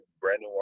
Brandon